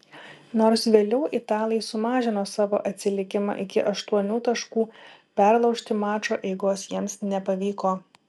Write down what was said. nors vėliau italai sumažino savo atsilikimą iki aštuonių taškų perlaužti mačo eigos jiems nepavyko